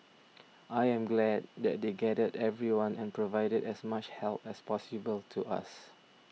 I am glad that they gathered everyone and provided as much help as possible to us